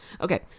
Okay